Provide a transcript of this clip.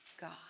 God